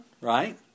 right